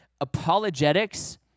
apologetics